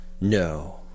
No